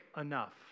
enough